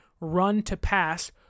run-to-pass